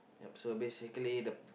so basically the